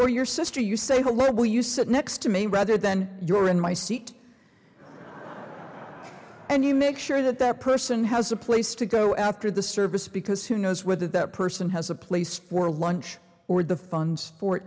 or your sister you say how little you sit next to me rather than you're in my seat and you make sure that that person has a place to go after the service because who knows whether that person has a place for lunch or the funds for